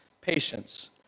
patience